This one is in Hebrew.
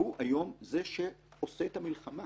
שהוא היום זה שעושה את המלחמה